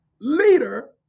leader